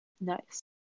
Nice